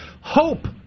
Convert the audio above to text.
Hope